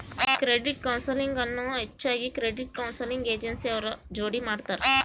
credit counselling ಅನ್ನು ಹೆಚ್ಚಾಗಿ credit counselling agency ಅವ್ರ ಜೋಡಿ ಮಾಡ್ತರ